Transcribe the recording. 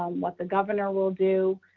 um what the governor will do,